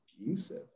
abusive